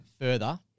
further